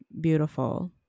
beautiful